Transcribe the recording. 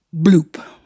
bloop